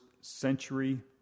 century